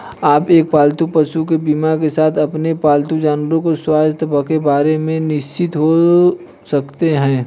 आप एक पालतू पशु बीमा के साथ अपने पालतू जानवरों के स्वास्थ्य के बारे में निश्चिंत हो सकते हैं